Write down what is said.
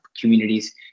communities